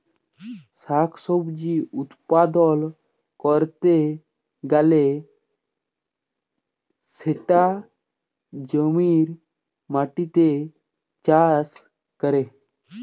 শাক সবজি উৎপাদল ক্যরতে গ্যালে সেটা জমির মাটিতে চাষ ক্যরে